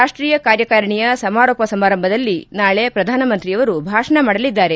ರಾಷ್ವೀಯ ಕಾರ್ಯಕಾರಿಣಿಯ ಸಮಾರೋಪ ಸಮಾರಂಭದಲ್ಲಿ ನಾಳೆ ಪ್ರಧಾನಮಂತ್ರಿಯವರು ಭಾಷಣ ಮಾಡಲಿದ್ದಾರೆ